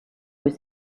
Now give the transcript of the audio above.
was